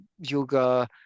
yoga